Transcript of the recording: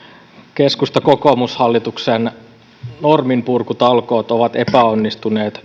keskusta kokoomus hallituksen norminpurkutalkoot yrityksille ovat epäonnistuneet